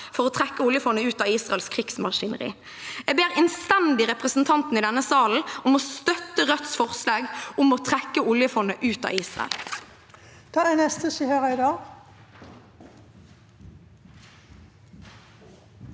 for å trekke oljefondet ut av Israels krigsmaskineri. Jeg ber innstendig representantene i denne salen om å støtte Rødts forslag om å trekke oljefondet ut av Israel.